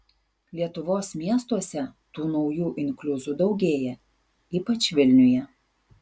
lietuvos miestuose tų naujų inkliuzų daugėja ypač vilniuje